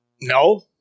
No